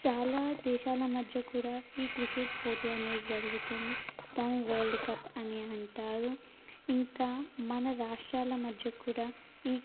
చాలా దేశాల మధ్య కూడా ఈ క్రికెట్ పోటీ అనేది జరుగుతుంది దాన్ని వరల్డ్ కప్ అని అంటారు ఇంకా మన రాష్ట్రాల మధ్య కూడా ఈ